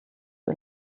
que